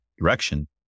direction